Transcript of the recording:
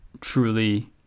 truly